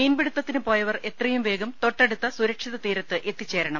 മീൻപിടുത്തത്തിന്പോയവർ ഏറ്റവുംവേഗം തൊട്ടടുത്ത സുരക്ഷിത തീരത്ത് എത്തിച്ചേരണം